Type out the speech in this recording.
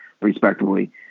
respectively